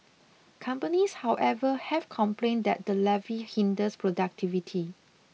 companies however have complained that the levy hinders productivity